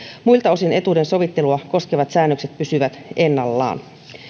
muilta osin etuuden sovittelua koskevat säännökset pysyvät ennallaan